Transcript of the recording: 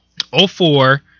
04